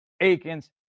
Aikens